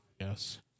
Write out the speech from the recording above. Yes